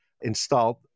installed